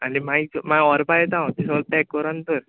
आनी मागीरचो मागीर व्हरपा येता हांव तें सोगलें पॅक कर आनी दवर